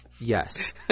Yes